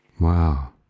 Wow